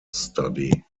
study